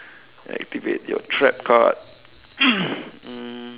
activate your trap card um